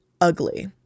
Ugly